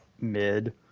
mid